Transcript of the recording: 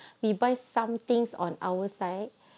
we buy some things on our side